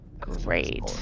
Great